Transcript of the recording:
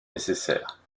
nécessaire